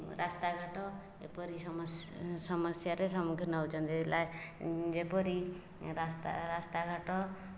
ରାସ୍ତାଘାଟ ଏପରି ସମସ୍ୟା ରେ ସମ୍ମୁଖୀନ ହେଉଛନ୍ତି ଯେପରି ରାସ୍ତା ରାସ୍ତାଘାଟ